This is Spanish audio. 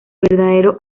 verdadero